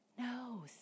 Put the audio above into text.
No